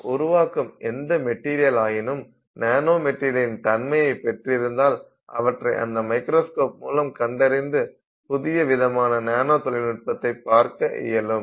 நாம் உருவாக்கும் எந்த மெட்டீரியலாயினும் நானோ மெட்டீரியலின் தன்மையை பெற்றிருந்தால் அவற்றை இந்த மைக்ரோஸ்கோப் மூலம் கண்டறிந்து புதிய விதமான நானோ தொழில்நுட்பத்தை பார்க்க இயலும்